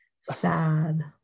sad